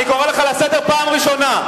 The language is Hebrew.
אני קורא אותך לסדר פעם ראשונה.